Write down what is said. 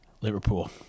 Liverpool